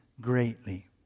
greatly